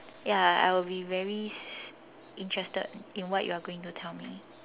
ya I will be very interested in what you are going to tell me